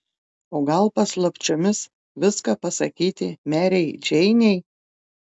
o gal paslapčiomis viską pasakyti merei džeinei